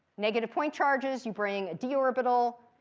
negative point charges, you bring a d orbital,